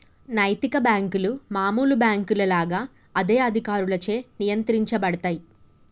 నైతిక బ్యేంకులు మామూలు బ్యేంకుల లాగా అదే అధికారులచే నియంత్రించబడతయ్